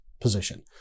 position